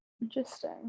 Interesting